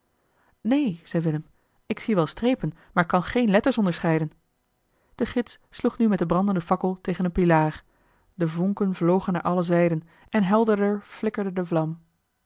neen zei willem ik zie wel strepen maar kan geene letters onderscheiden de gids sloeg nu met de brandende fakkel tegen een pilaar de vonken vlogen naar alle zijden en helderder flikkerde de vlam